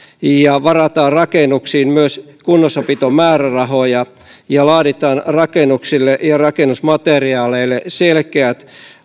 ja varataan rakennuksiin myös kunnossapitomäärärahoja ja laaditaan rakennuksille ja rakennusmateriaaleille selkeät